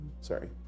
Sorry